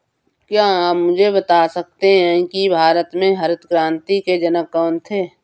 क्या आप मुझे बता सकते हैं कि भारत में हरित क्रांति के जनक कौन थे?